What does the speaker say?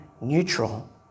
neutral